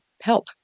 help